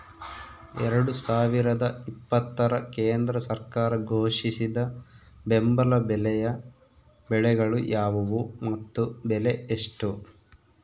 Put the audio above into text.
ಎರಡು ಸಾವಿರದ ಇಪ್ಪತ್ತರ ಕೇಂದ್ರ ಸರ್ಕಾರ ಘೋಷಿಸಿದ ಬೆಂಬಲ ಬೆಲೆಯ ಬೆಳೆಗಳು ಯಾವುವು ಮತ್ತು ಬೆಲೆ ಎಷ್ಟು?